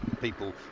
people